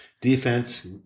Defense